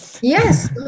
Yes